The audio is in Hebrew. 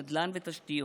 נדל"ן ותשתיות,